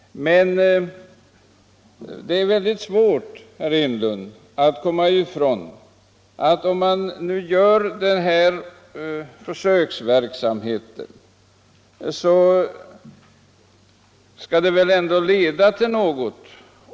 Men om man nu sätter i gång en försöksverksamhet, herr Enlund, så skall den väl ändå leda till något.